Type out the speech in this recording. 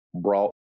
brought